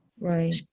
Right